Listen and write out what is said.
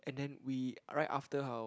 and then we right after her